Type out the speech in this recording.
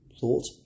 thought